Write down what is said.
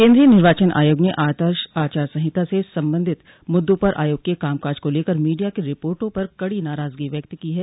केन्द्रीय निर्वाचन आयोग ने आदर्श आचार संहिता से संबंधित मुद्दों पर आयोग के कामकाज को लेकर मीडिया की रिपोर्टों पर कड़ी नाराजगी व्यक्त की है